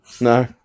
No